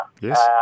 Yes